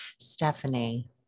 Stephanie